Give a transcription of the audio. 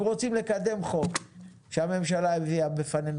אם רוצים לקדם חוק שהממשלה הביאה לפנינו